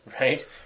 Right